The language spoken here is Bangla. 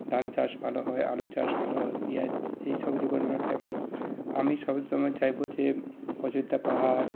ধান চাষ ভালো হয় আলু চাষ ভালো হয় পিঁয়াজ এইসব অনেকটা ভালো আমি সব সময় চাইবো যে অযোধ্যা পাহাড়